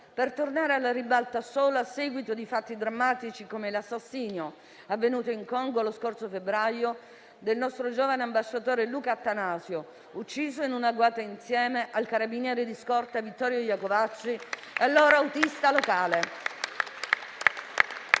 per tornare alla ribalta solo a seguito di fatti drammatici, come l'assassinio avvenuto in Congo lo scorso febbraio del nostro giovane ambasciatore Luca Attanasio, ucciso in un agguato insieme al carabiniere di scorta Vittorio Iacovacci e al loro autista locale.